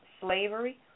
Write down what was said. slavery